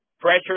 pressure